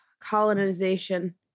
colonization